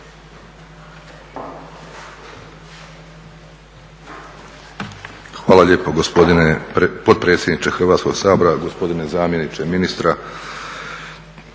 Hvala lijepo gospodine potpredsjedniče Hrvatskoga sabora, gospodine zamjeniče ministra.